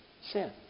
sin